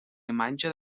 imatge